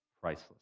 priceless